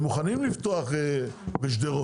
הם מוכנים לפתוח בשדרות,